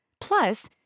Plus